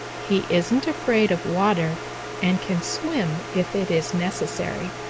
he isn't afraid of water and can swim if it is necessary.